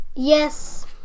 Yes